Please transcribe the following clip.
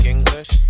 English